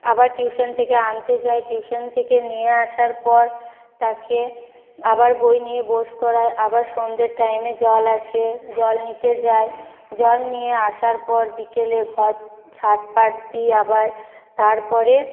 আবার টিউশন থেকে আনতে যাই টিউশন থেকে নিয়ে আসার পর তাকে আবার বই নিয়ে বোস করায় আবার সন্ধ্যের টাইমে জল আসে জল নিতে যাই জল নিয়ে আসার পর বিকেলে ঘর ঝাঁট পাট দি আবার তারপরে